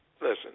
listen